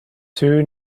two